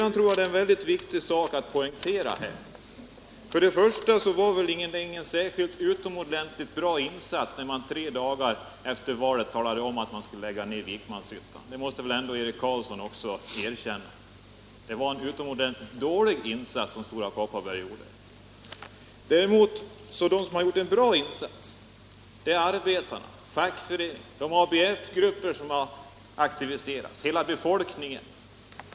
Jag tror det är väldigt viktigt att poängtera att det inte var någon särskilt utomordentlig insats när Stora Kopparberg tre dagar efter valet talade om att Vikmanshyttan skulle läggas ner, och det måste väl också Eric Carlsson erkänna. I själva verket var det en utomordentligt dålig insats som Stora Kopparberg gjorde. De som däremot har gjort en bra insats är arbetarna, fackföreningarna, de ABF-grupper som har aktiviserat sig, hela befolkningen.